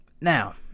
Now